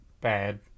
bad